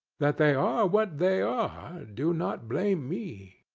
that they are what they are, do not blame me!